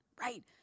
right